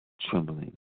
trembling